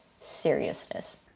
seriousness